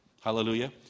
Hallelujah